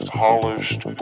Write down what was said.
polished